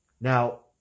Now